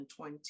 2020